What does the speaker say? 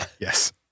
Yes